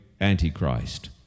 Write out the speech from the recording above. Antichrist